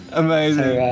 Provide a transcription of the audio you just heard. amazing